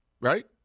Right